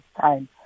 time